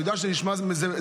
אני יודע שזה נשמע מזעזע,